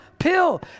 pill